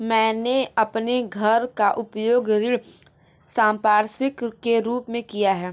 मैंने अपने घर का उपयोग ऋण संपार्श्विक के रूप में किया है